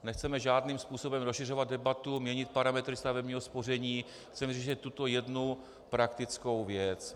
Nechceme žádným způsobem rozšiřovat debatu, měnit parametry stavebního spoření, chceme řešit tuto jednu praktickou věc.